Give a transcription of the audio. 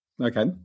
Okay